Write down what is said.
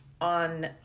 on